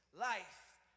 life